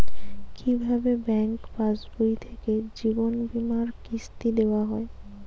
কি ভাবে ব্যাঙ্ক পাশবই থেকে জীবনবীমার কিস্তি দেওয়া হয়?